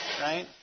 right